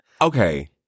Okay